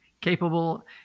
capable